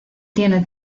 tiene